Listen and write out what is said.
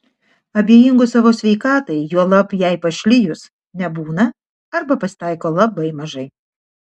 abejingų savo sveikatai juolab jai pašlijus nebūna arba pasitaiko labai mažai